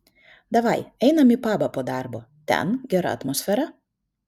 davai einam į pabą po darbo ten gera atmosfera